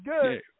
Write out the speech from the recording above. good